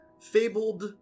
Fabled